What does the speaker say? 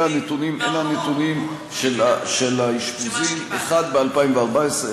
אלה הנתונים של האשפוזים: אחד ב-2014,